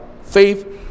faith